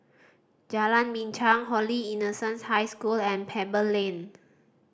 Jalan Binchang Holy Innocents' High School and Pebble Lane